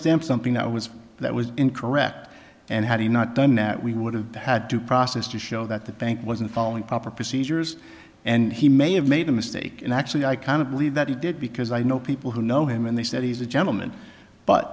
stamped something that was that was incorrect and had he not done that we would have had to process to show that the bank wasn't following proper procedures and he may have made a mistake and actually i kind of believe that he did because i know people who know him and they said he's a gentleman but